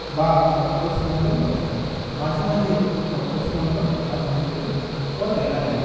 বা সপ্তর্ষিমন্ডল দর্শন মাঝে মাঝে সপ্তর্ষিমন্ডল বা ধূমকেতু উয়া দেখা যায়